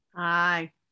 Hi